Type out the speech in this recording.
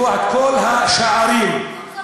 לפתוח את כל השערים למוסלמים,